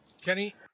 kenny